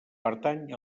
pertany